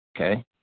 Okay